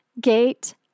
gate